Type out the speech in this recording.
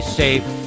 safe